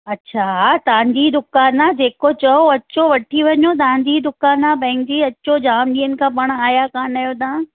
अच्छा हा तव्हांजी दुकानु आहे जेको चओ अचो वठी वञो तव्हांजी ई दुकानु आहे बहनजी अचो जाम ॾींहनि खां पाण आया कोन्ह आयो तव्हां